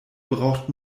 braucht